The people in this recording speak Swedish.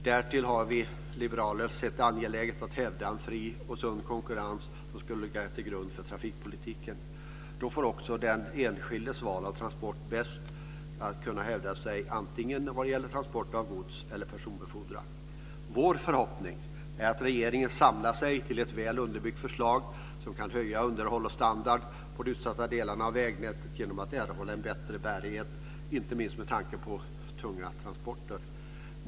Därför har vi liberaler sett det som angeläget att hävda en fri och sund konkurrens som kan ligga till grund för trafikpolitiken. Därigenom skulle också den enskilde få bättre möjligheter att hävda sitt val, oavsett om det gäller transport av gods eller personbefordran. Vår förhoppning är att regeringen samlar sig till ett väl underbyggt förslag som kan höja underhåll och standard på de utsatta delarna av vägnätet så att dessa får en bättre bärighet, inte minst med tanke på tunga transporter.